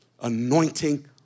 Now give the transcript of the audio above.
anointing